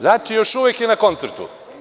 Znači, još uvek je na koncertu.